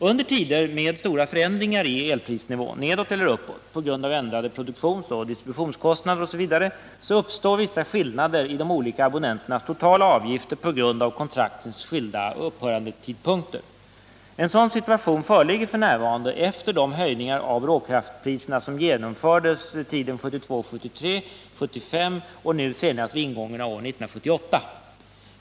Under tider med stora förändringar i elprisnivån — nedåt eller uppåt - på grund av ändrade produktionsoch distributionskostnader, uppstår vissa skillnader i de olika abonnenternas totala avgifter på grund av kontraktens skilda upphörandetidpunkter. En sådan situation föreligger f.n. efter de höjningar av råkraftpriserna som genomfördes 1972-1973, 1975 och nu senast vid ingången av år 1978.